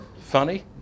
funny